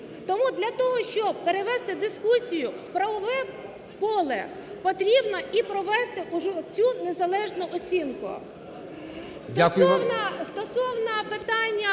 Тому для того, щоб перевести дискусію у правове поле, потрібно і провести уже цю незалежну оцінку.